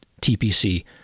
TPC